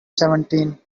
seventeen